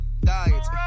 diets